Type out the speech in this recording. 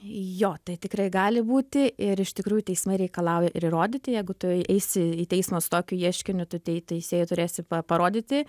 jo tai tikrai gali būti ir iš tikrųjų teismai reikalauja ir įrodyti jeigu tu eisi į teismą su tokiu ieškiniu tu tai teisėjai turėsi pa parodyti